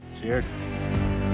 Cheers